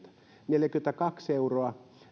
neljäkymmentäkaksi euroa